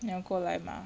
你要过来 mah